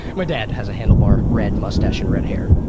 my dad has a handlebar red mustache and red hair.